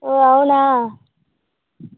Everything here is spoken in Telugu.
ఓ అవునా